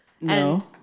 no